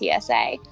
TSA